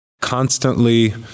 constantly